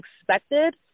expected